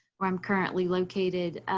where i'm currently located.